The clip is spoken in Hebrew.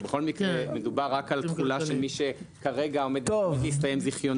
זה בכל מקרה מדובר רק על תחולה של מי שכרגע עומד להסתיים זיכיונו.